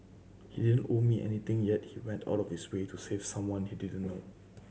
he didn't owe me anything yet he went out of his way to save someone he didn't know